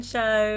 Show